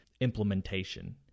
implementation